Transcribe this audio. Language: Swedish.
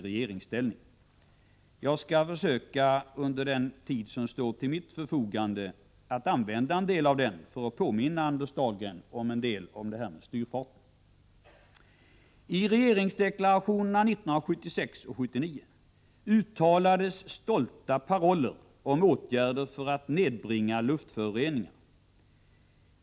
Jag skall försöka att använda en del av den tid som står till mitt förfogande för att påminna Anders Dahlgren om något av detta med styrfart. I regeringsdeklarationerna 1976 och 1979 uttalades stolta paroller om åtgärder för att nedbringa luftföroreningar.